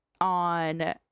on